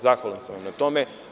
Zahvalan sam vam na tome.